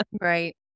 Right